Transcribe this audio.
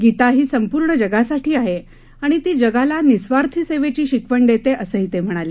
गीता ही संपूर्ण जगासाठी आहे आणि ती जगाला निस्वार्थी सेवेची शिकवण देते असंही ते म्हणाले